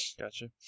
gotcha